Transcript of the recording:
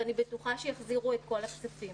ואני בטוחה שיחזירו את כל הכספים.